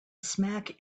smack